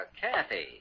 Kathy